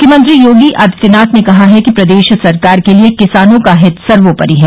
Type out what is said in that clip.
मुख्यमंत्री योगी आदित्यनाथ ने कहा है कि प्रदेश सरकार के लिये किसानों का हित सर्वोपरि है